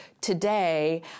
today